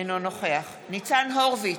אינו נוכח ניצן הורוביץ,